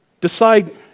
Decide